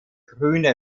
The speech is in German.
grüne